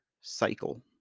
cycle